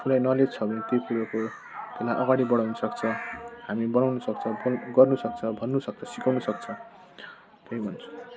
कुनै नलेज छ भने त्यो कुरोको त्यसलाई अगाडि बढाउनु सक्छ हामी बनाउनु सक्छ गर्नु सक्छ भन्नु सक्छ सिकाउनु सक्छ त्यही भन्छु